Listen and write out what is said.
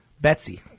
Betsy